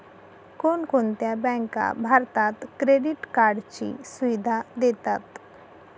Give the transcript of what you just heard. कोणकोणत्या बँका भारतात क्रेडिट कार्डची सुविधा देतात?